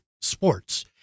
sports